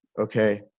Okay